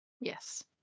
Yes